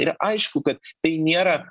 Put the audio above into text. ir aišku kad tai nėra